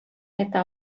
eta